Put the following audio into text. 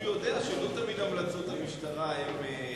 אז הוא יודע שלא תמיד המלצות המשטרה הן,